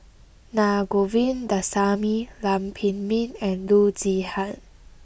Na Govindasamy Lam Pin Min and Loo Zihan